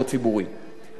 אבל זו רק דוגמה אחת.